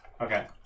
Okay